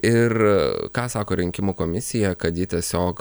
ir ką sako rinkimų komisija kad ji tiesiog